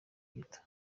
gito